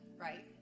right